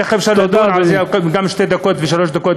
איך אפשר לדון בזה גם שתי דקות וגם שלוש דקות?